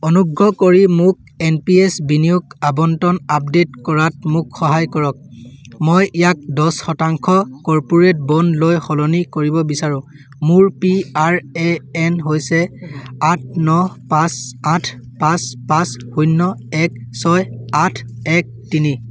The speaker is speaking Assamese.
অনুগ্ৰহ কৰি মোক এন পি এছ বিনিয়োগ আবণ্টন আপডে'ট কৰাত মোক সহায় কৰক মই ইয়াক দহ শতাংশ কৰ্পোৰেট বণ্ডলৈ সলনি কৰিব বিচাৰো মোৰ পি আৰ এ এন হৈছে আঠ ন পাঁচ আঠ পাঁচ পাঁচ শূন্য এক ছয় আঠ এক তিনি